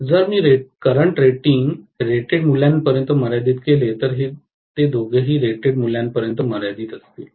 जर मी current rating rated मूल्यापर्यंत मर्यादित केले तर ते दोघेही रेटेड मूल्यापर्यंत मर्यादित असतील